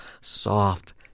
soft